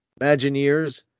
Imagineers